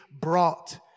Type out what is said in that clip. brought